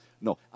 No